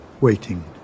waiting